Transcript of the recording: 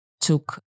took